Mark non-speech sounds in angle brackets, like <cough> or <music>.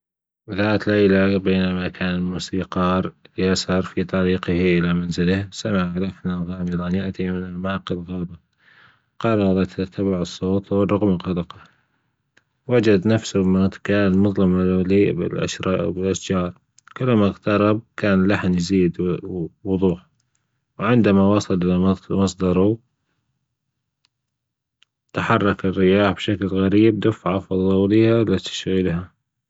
في ذات ليلى بينما كان الموسيقار يسر في طريقه سمع لحنًا غامضًا يأتي من أعماق الغابة قرر تتبع الصوت رغم قلقه وجد نفسه في مكان مظلم مليئ بالأشجار كلما أقترب كان اللحن يزيد وضوع وعندما وصل إلى مصدره <hesitation> تحرك الرياح بشكل غريب <unintelligible>